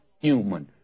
human